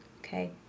okay